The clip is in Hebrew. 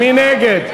מי נגד?